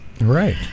Right